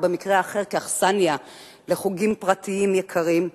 ובמקרה אחר כאכסנייה לחוגים פרטיים יקרים,